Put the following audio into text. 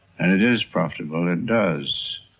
and it is profitable, it does,